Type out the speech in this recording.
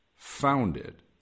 Founded